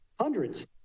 hundreds